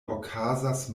okazas